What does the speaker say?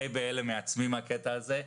די בהלם בעצמי מן הקטע הזה.